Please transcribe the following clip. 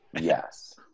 Yes